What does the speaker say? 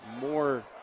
more